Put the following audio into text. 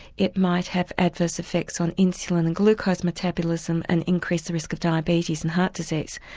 it might have adverse effects on insulin and glucose metabolism and increase the risk of diabetes and heart disease.